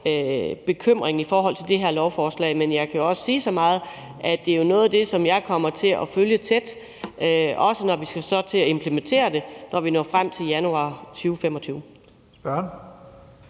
bekymring i forhold til det her lovforslag, men jeg kan også sige så meget, at det jo er noget af det, som jeg kommer til at følge tæt, også når vi skal til at implementere det, når vi når frem til januar 2025.